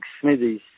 Smithies